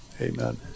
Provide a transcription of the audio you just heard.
Amen